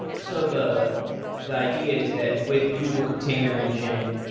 so the the idea is that with google container engine,